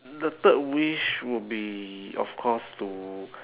the third wish would be of course to